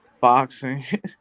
boxing